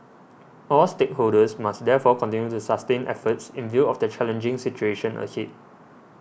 all stakeholders must therefore continue to sustain efforts in view of the challenging situation ahead